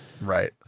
Right